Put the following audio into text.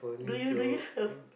do you do you have